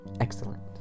Excellent